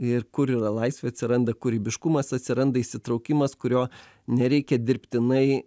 ir kur yra laisvė atsiranda kūrybiškumas atsiranda įsitraukimas kurio nereikia dirbtinai